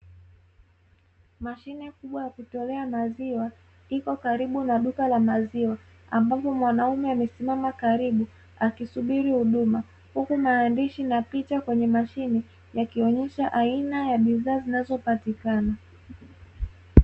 Mashine kubwa ya kutolea maziwa, iko karibu na duka la maziwa, ambapo mwanaume amesimama karibu akisubiri huduma, huku maandishi na picha kwenye mashine, yakionyesha aina ya bidhaa zinazopatikana.